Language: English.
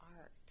art